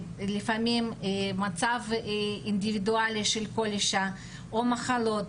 לפעמים מצב אינדיבידואלי של כל אישה או מחלות,